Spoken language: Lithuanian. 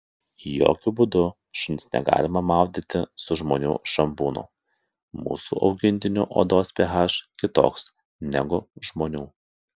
jokiu būdu šuns negalima maudyti su žmonių šampūnu mūsų augintinių odos ph kitoks negu žmonių